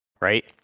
Right